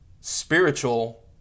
spiritual